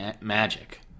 magic